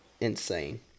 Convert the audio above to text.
insane